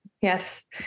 Yes